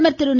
பிரதமர் திரு